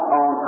on